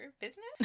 business